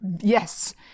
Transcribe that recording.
Yes